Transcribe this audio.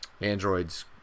Android's